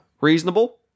reasonable